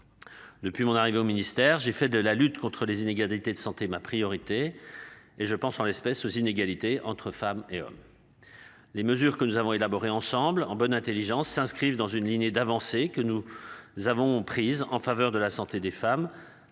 Depuis mon arrivée au ministère, j'ai fait de la lutte contre les inégalités de santé, ma priorité. Et je pense en espèces aux inégalités entre femmes et hommes. Les mesures que nous avons élaborés ensemble en bonne Intelligence s'inscrivent dans une lignée d'avancer que nous. Avons prises en faveur de la santé des femmes